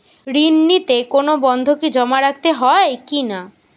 ঋণ নিতে কোনো বন্ধকি জমা রাখতে হয় কিনা?